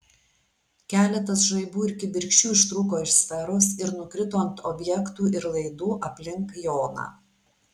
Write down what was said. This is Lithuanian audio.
keletas žaibų ir kibirkščių ištrūko iš sferos ir nukrito ant objektų ir laidų aplink joną